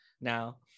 now